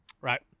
right